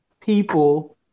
people